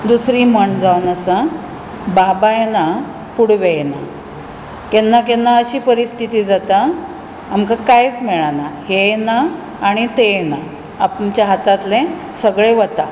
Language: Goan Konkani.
दुसरी म्हण जावन आसा बाबाय ना पुडवेंय ना केन्ना केन्ना अशी परिस्थिती जाता आमकां कांयच मेळना हेंय ना आनी तेंय ना आमच्या हातांतलें सगळें वता